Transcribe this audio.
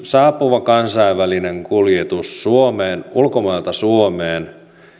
saapuva kansainvälinen kuljetus ulkomailta suomeen